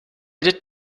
that